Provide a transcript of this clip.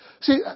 See